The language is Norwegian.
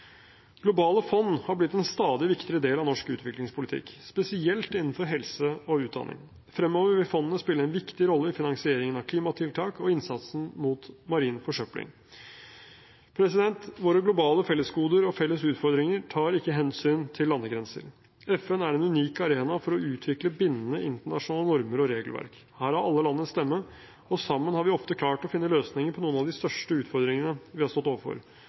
Globale fond har blitt en stadig viktigere del av norsk utviklingspolitikk, spesielt innenfor helse og utdanning. Fremover vil fondene spille en viktig rolle i finansieringen av klimatiltak og innsatsen mot marin forsøpling. Våre globale fellesgoder og felles utfordringer tar ikke hensyn til landegrenser. FN er en unik arena for å utvikle bindende internasjonale normer og regelverk. Her har alle land en stemme, og sammen har vi ofte klart å finne løsninger på noen av de største utfordringene vi har stått overfor.